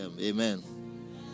Amen